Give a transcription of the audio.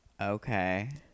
Okay